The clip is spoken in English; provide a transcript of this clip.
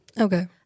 Okay